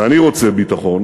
ואני רוצה ביטחון